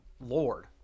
lord